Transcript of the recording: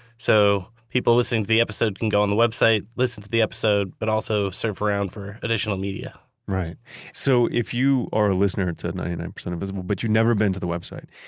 so, people listening to the episode can go on the website, listen to the episode, but also surf around for additional media so, if you are a listener to ninety nine percent invisible, but you've never been to the website,